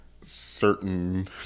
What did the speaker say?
certain